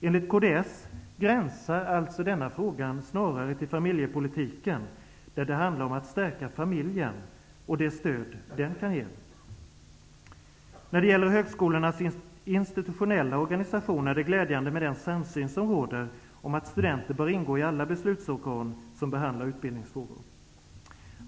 Enligt kds gränsar denna fråga snarare till familjepolitiken, där det handlar om att stärka familjen och det stöd den kan ge. När det gäller högskolornas institutionella organisation är det glädjande med den samsyn som råder om att studenter bör ingå i alla beslutsorgan som behandlar utbildningsfrågor.